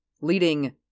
leading